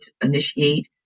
initiate